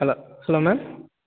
hello hello ma'am